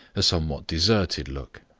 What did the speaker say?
a somewhat deserted look.